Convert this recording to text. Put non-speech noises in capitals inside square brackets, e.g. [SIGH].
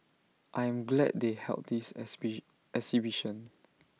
I am glad they held this [UNINTELLIGIBLE] exhibition